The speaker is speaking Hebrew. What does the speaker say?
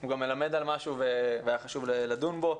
גם מלמד על משהו והיה חשוב לדון בו,